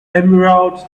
emerald